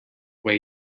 way